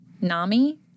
NAMI